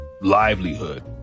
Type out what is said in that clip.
livelihood